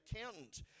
accountant